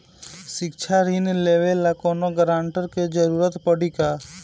शिक्षा ऋण लेवेला कौनों गारंटर के जरुरत पड़ी का?